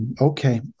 okay